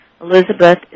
Elizabeth